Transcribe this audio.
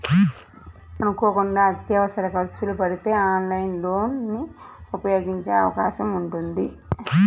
అనుకోకుండా అత్యవసర ఖర్చులు పడితే ఆన్లైన్ లోన్ ని ఉపయోగించే అవకాశం ఉంటుంది